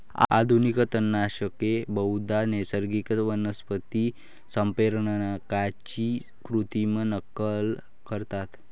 आधुनिक तणनाशके बहुधा नैसर्गिक वनस्पती संप्रेरकांची कृत्रिम नक्कल करतात